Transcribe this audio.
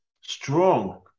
strong